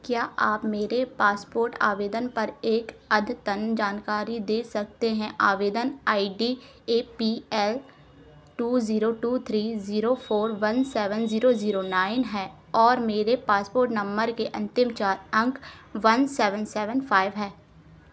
क्या आप मेरे पासपोर्ट आवेदन पर एक अद्यतन जानकारी दे सकते हैं आवेदन I D A P L two zero two three zero four one seven zero zero nine है और मेरे पासपोर्ट नम्बर के अंतिम चार अंक वन सेवन सेवन फाइव हैं